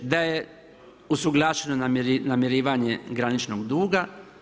Da je usuglašeno namirivanje graničnog duga.